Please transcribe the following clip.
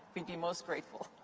we'd be most grateful.